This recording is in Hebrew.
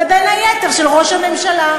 ובין היתר של ראש הממשלה,